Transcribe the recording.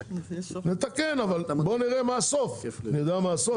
אני יודע מה היו